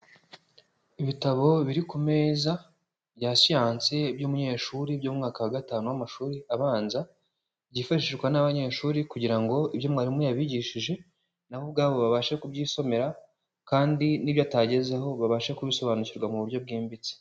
Ibitabo biri ku meza bya siyansi by'umunyeshuri byo mu mwaka wa gatanu w'amashuri abanza, byifashishwa n'abanyeshuri kugira ngo ibyo mwarimu yabigishije na bo ubwabo babashe kubyisomera kandi n'ibyo atagezeho babashe kubisobanukirwa mu buryo bwimbitse.